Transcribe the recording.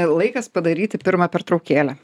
laikas padaryti pirmą pertraukėlę